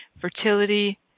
fertility